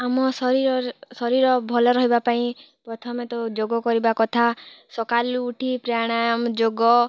ଆମ ଶରୀର ଶରୀର ଭଲ ରହିବା ପାଇଁ ପ୍ରଥମେ ତ ଯୋଗ କରିବା କଥା ସକାଲୁ ଉଠି ପ୍ରାଣାୟମ୍ ଯୋଗ